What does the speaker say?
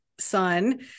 Son